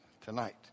tonight